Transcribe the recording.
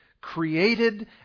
created